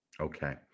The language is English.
Okay